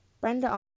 Brenda